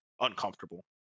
uncomfortable